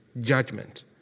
judgment